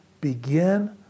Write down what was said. begin